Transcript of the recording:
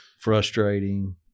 Frustrating